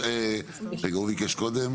הוא ביקש קודם,